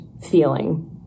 feeling